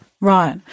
right